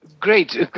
Great